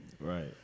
Right